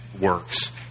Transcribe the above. works